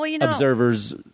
observers